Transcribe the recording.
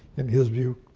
in his view,